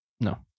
No